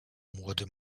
młody